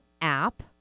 app